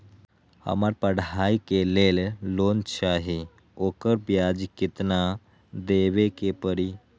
हमरा पढ़ाई के लेल लोन चाहि, ओकर ब्याज केतना दबे के परी?